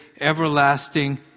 everlasting